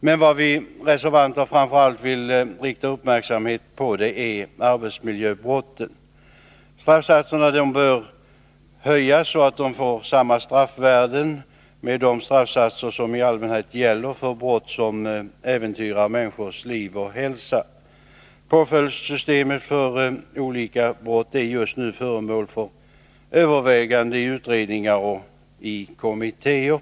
Men vad vi reservanter framför allt vill rikta uppmärksamheten på är arbetsmiljöbrotten. Straffsatserna för dessa brott bör höjas så, att de får samma straffvärden som de straffsatser som i allmänhet gäller för brott som äventyrar människors liv eller hälsa. Påföljdssystemet i fråga om olika brott är just nu föremål för överväganden i utredningar och kommittéer.